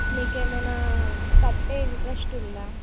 మీకు ఏమైనా కట్టే ఇంట్రెస్ట్ ఉందా